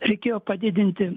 reikėjo padidinti